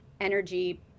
energy